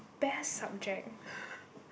best subject